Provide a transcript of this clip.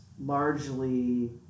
largely